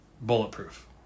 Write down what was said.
bulletproof